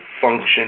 function